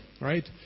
right